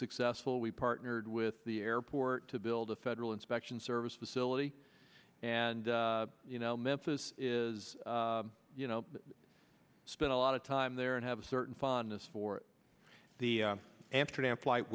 successful we partnered with the airport to build a federal inspection service facility and you know memphis is you know i spent a lot of time there and have a certain fondness for the amsterdam flight